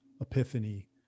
epiphany